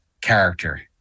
character